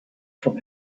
from